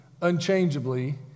unchangeably